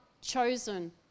chosen